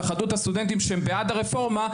התאחדות הסטודנטים שהם בעד הרפורמה,